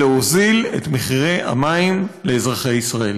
ולהוזיל את המים לאזרחי ישראל.